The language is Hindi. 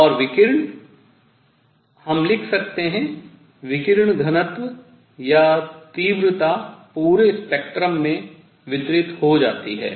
और विकिरण हम लिख सकते हैं विकिरण घनत्व या तीव्रता पूरे स्पेक्ट्रम वर्णक्रम में वितरित हो जाती है